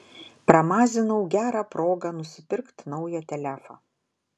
pramazinau gerą progą nusipirkt naują telefą